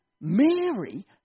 Mary